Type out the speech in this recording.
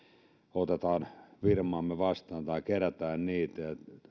otetaan firmaamme vastaan tai kerätään